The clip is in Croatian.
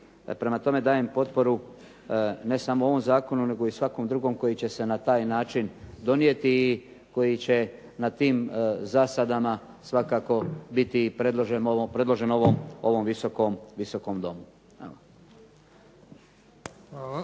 Prema tome dajem potporu ne samo ovom zakonu, nego i svakom drugom koji će se na taj način donijeti i koji će na tim zasadama svakako biti i predložen ovom Visokom domu.